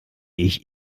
ich